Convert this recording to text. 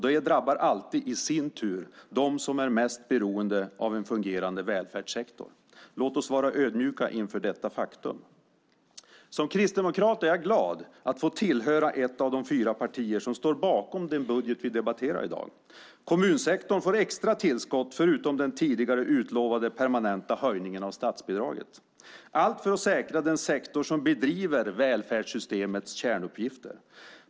Det drabbar alltid i din tur dem som är mest beroende av en fungerande välfärdssektor. Låt oss vara ödmjuka inför detta faktum. Som kristdemokrat är jag glad över att tillhöra ett av de fyra partier som står bakom den budget vi debatterar i dag. Kommunsektorn får extra tillskott, förutom den tidigare utlovade permanenta höjningen av statsbidraget - allt för att säkra den sektor som bedriver välfärdssystemets kärnuppgifter.